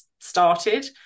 started